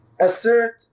assert